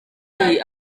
iyi